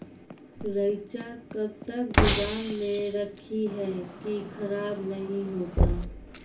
रईचा कब तक गोदाम मे रखी है की खराब नहीं होता?